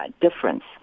difference